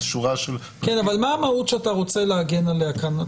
מה המהות שאתה רוצה להגן עליה כאן?